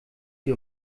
die